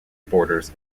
borders